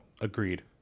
Agreed